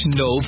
no